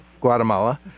Guatemala